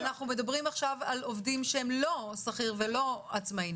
אנחנו מדברים עכשיו על עובדים שהם לא שכירים ולא עצמאים,